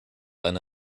eine